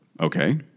Okay